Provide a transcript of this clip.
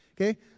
Okay